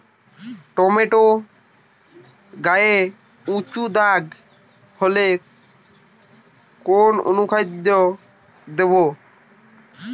Tomato গায়ে উচু দাগ হলে কোন অনুখাদ্য দেবো?